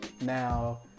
now